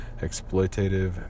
exploitative